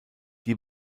die